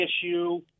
issue